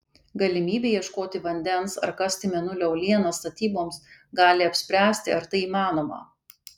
galimybė ieškoti vandens ar kasti mėnulio uolienas statyboms gali apspręsti ar tai įmanoma